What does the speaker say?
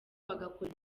bagakora